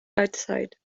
outside